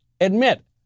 admit